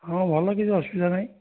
ହଁ ଭଲ କିଛି ଅସୁବିଧା ନାହିଁ